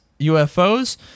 UFOs